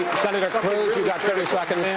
senator cruz, you've got thirty seconds.